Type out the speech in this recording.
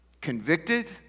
convicted